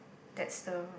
that's the